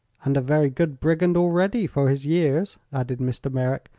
and a very good brigand, already, for his years, added mr. merrick.